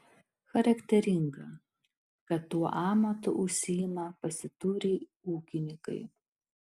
charakteringa kad tuo amatu užsiima pasiturį ūkininkai